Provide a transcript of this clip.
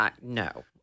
No